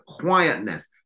quietness